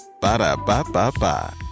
Ba-da-ba-ba-ba